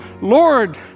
Lord